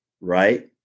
right